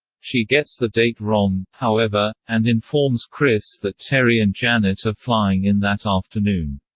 she gets the date wrong, however, and informs criss that terry and janet are flying in that afternoon.